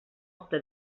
opta